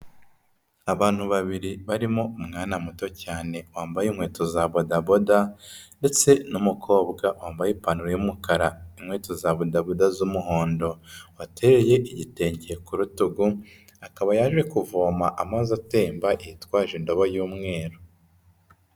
Abantu babiri barimo umwana muto cyane wambaye inkweto za bodaboda ndetse n' numukobwa wambaye ipantaro y'umukara n'inkweto za bodaboda z'umuhondo, wateye igitenge ku rutugu akaba yaje kuvoma amazi atemba yitwaje indobo y'umweru.